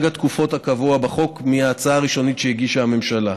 התקופות הקבוע בחוק מההצעה הראשונית שהגישה הממשלה.